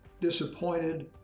disappointed